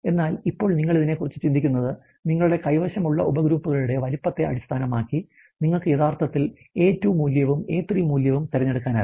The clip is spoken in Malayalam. എന്നാൽ ഇപ്പോൾ നിങ്ങൾ ഇതിനെക്കുറിച്ച് ചിന്തിക്കുന്നത് നിങ്ങളുടെ കൈവശമുള്ള ഉപഗ്രൂപ്പുകളുടെ വലുപ്പത്തെ അടിസ്ഥാനമാക്കി നിങ്ങൾക്ക് യഥാർത്ഥത്തിൽ A2 മൂല്യവും A3 മൂല്യവും തിരഞ്ഞെടുക്കാനാകും